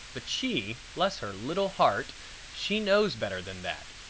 but she bless her little heart she knows better than that.